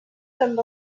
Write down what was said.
també